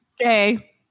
Okay